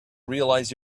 realize